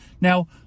Now